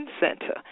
Center